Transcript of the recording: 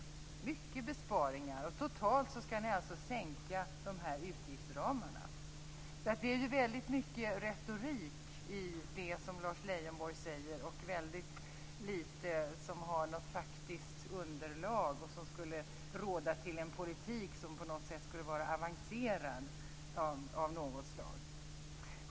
Det är mycket besparingar, och totalt skall ni sänka utgiftsramarna. Det är alltså väldigt mycket retorik i det som Lars Leijonborg säger och väldigt litet som har något faktiskt underlag och som skulle råda till en politik som på något sätt vore avancerad.